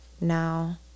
now